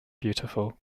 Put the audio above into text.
beautiful